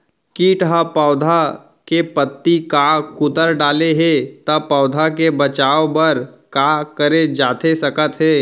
किट ह पौधा के पत्ती का कुतर डाले हे ता पौधा के बचाओ बर का करे जाथे सकत हे?